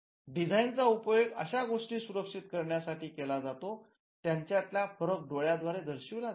design चा उपयोग अशा गोष्टी सुरक्षित करण्यासाठी केला जातो त्यांच्यातला फरक डोळ्यांद्वारे दर्शविला जातो